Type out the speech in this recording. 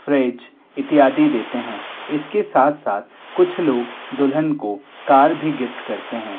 freeze इत्यादि देते हैं इसके साथ साथ कुछ लोग दुल्हन को कार भी गिफ्ट करते हैं